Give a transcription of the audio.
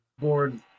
board